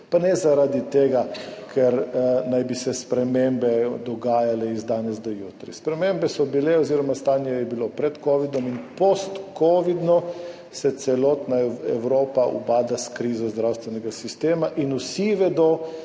pa ne zaradi tega, ker naj bi se spremembe dogajale iz danes na jutri. Spremembe so bile oziroma stanje je bilo pred kovidom in postkovidno se celotna Evropa ubada s krizo zdravstvenega sistema in vsi vedo,